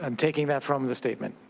um taking that from the statement.